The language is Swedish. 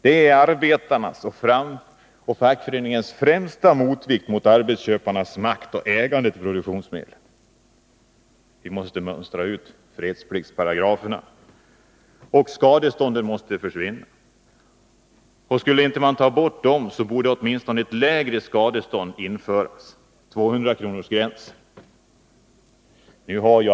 Den är arbetarnas och fackföreningens främsta motvikt mot arbetsköparnas makt och mot dessas ägande av produktionsmedlen. Vi måste mönstra ut fredspliktsparagraferna, och skadestånden måste försvinna. Om dessa inte tas bort, borde de åtminstone sänkas till 200-kronorsgränsen.